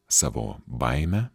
savo baimę